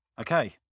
Okay